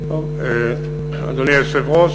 אדוני היושב-ראש,